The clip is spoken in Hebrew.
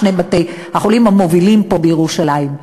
שני בתי-החולים המובילים פה בירושלים.